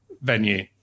venue